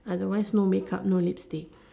otherwise no make up no lipstick